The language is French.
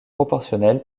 proportionnelle